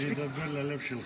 אני אדבר ללב שלך.